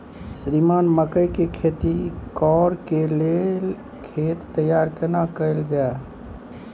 श्रीमान मकई के खेती कॉर के लेल खेत तैयार केना कैल जाए?